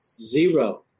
zero